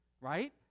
right